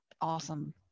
awesome